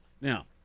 Now